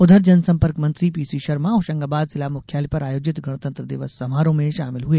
उधर जनसंपर्क मंत्री पीसीशर्मा होशंगाबाद जिला मुख्यालय पर आयोजित गणतंत्र दिवस समारोह में शामिल हुए